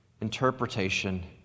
interpretation